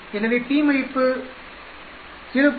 எனவே p மதிப்பு 0